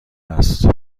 است